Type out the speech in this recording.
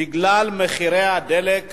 בגלל שמחירי הדלק